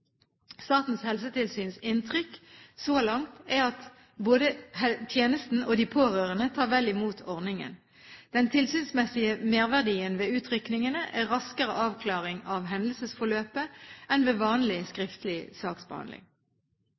Statens helsetilsyns inntrykk så langt er at både tjenesten og de pårørende tar vel imot ordningen. Den tilsynsmessige merverdien ved utrykningene er raskere avklaring av hendelsesforløpet enn ved vanlig, skriftlig, saksbehandling.